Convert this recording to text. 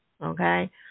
okay